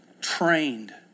trained